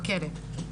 בכלא,